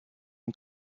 und